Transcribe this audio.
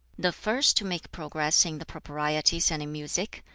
the first to make progress in the proprieties and in music,